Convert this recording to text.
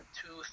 two